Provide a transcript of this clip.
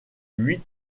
huit